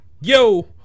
yo